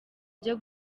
byo